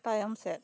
ᱛᱟᱭᱚᱢ ᱥᱮᱫ